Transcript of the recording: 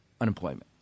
unemployment